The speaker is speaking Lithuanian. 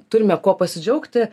turime kuo pasidžiaugti